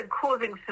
causing